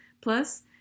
Plus